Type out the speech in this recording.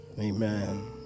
Amen